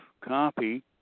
copy